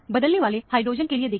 बदलने वाले हाइड्रोजन के लिए देखिए